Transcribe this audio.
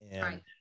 Right